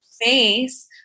face